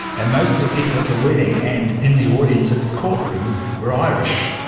and most of the people at the wedding and in the audience at the courtroom where irish,